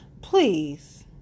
Please